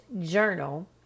journal